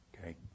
Okay